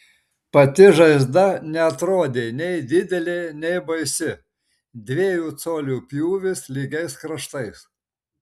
pati žaizda neatrodė nei didelė nei baisi dviejų colių pjūvis lygiais kraštais